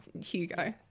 Hugo